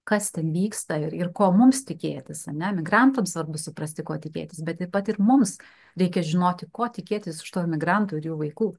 kas ten vyksta ir ko mums tikėtis ar ne emigrantams svarbu suprasti ko tikėtis bet taip pat ir mums reikia žinoti ko tikėtis iš tų emigrantų ir jų vaikų